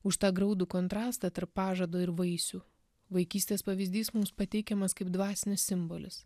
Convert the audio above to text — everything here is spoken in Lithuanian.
už tą graudų kontrastą tarp pažado ir vaisių vaikystės pavyzdys mums pateikiamas kaip dvasinis simbolis